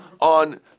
on